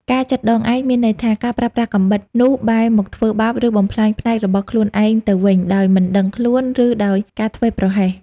ការចិតដងឯង មានន័យថា ការប្រើប្រាស់កាំបិតនោះបែរមកធ្វើបាប ឬបំផ្លាញផ្នែករបស់ខ្លួនឯងទៅវិញ ដោយមិនដឹងខ្លួន ឬដោយការធ្វេសប្រហែស។